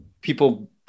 people